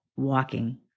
walking